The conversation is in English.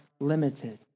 limited